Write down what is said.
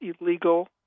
illegal